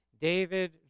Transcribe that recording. David